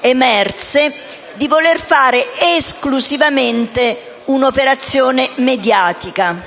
emerse, di voler fare esclusivamente un'operazione mediatica.